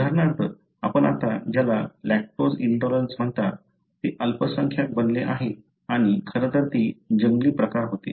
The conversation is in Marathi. उदाहरणार्थ आपण आता ज्याला लॅक्टोज इंटॉलरन्स म्हणता ते अल्पसंख्यांक बनले आहे आणि खरं तर ते जंगली प्रकार होते